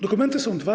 Dokumenty są dwa.